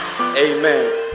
Amen